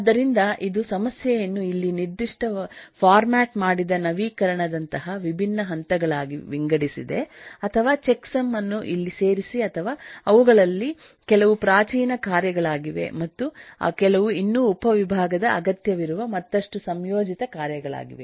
ಆದ್ದರಿಂದ ಇದು ಸಮಸ್ಯೆಯನ್ನು ಇಲ್ಲಿ ನಿರ್ದಿಷ್ಟ ಫಾರ್ಮ್ಯಾಟ್ ಮಾಡಿದ ನವೀಕರಣದಂತಹ ವಿಭಿನ್ನ ಹಂತಗಳಾಗಿ ವಿಂಗಡಿಸಿದೆ ಅಥವಾ ಚೆಕ್ಸಮ್ ಅನ್ನು ಇಲ್ಲಿ ಸೇರಿಸಿ ಅಥವಾ ಅವುಗಳಲ್ಲಿ ಕೆಲವು ಪ್ರಾಚೀನ ಕಾರ್ಯಗಳಾಗಿವೆ ಮತ್ತು ಕೆಲವು ಇನ್ನೂ ಉಪವಿಭಾಗದ ಅಗತ್ಯವಿರುವ ಮತ್ತಷ್ಟು ಸಂಯೋಜಿತ ಕಾರ್ಯಗಳಾಗಿವೆ